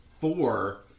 four